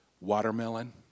watermelon